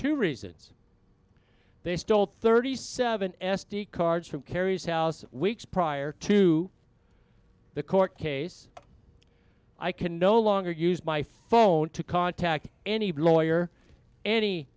two reasons they stole thirty seven s d cards from kerry's house weeks prior to the court case i can no longer use my phone to contact any lawyer any